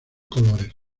colores